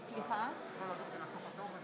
התש"ף 2020, לקריאה הראשונה.